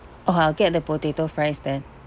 oh I'll get the potato fries then